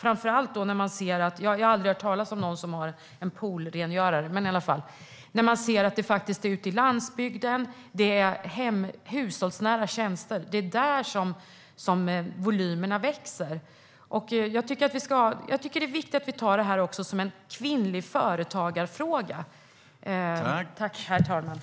Jag har aldrig hört talas om någon som har en poolrengörare. Det är ju på landsbygden och inom hushållsnära tjänster som volymerna växer. Det är också viktigt att vi tar det som en fråga om kvinnligt företagande.